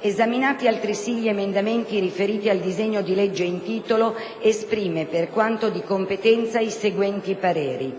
Esaminati altresì gli emendamenti riferiti al disegno di legge in titolo, esprime, per quanto di competenza, i seguenti pareri: